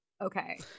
Okay